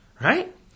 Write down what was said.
right